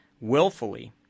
willfully